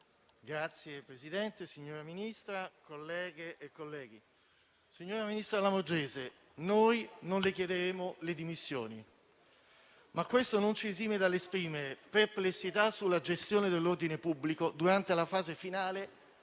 Signor Presidente, onorevoli colleghe e colleghi, signora ministra Lamorgese, noi non le chiederemo le dimissioni, ma questo non ci esime dall'esprimere perplessità sulla gestione dell'ordine pubblico durante la fase finale